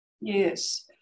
Yes